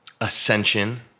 ascension